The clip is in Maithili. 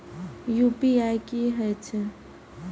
यू.पी.आई की हेछे?